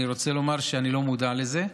אני רוצה לומר שאני לא מודע לזה.